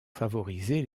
favoriser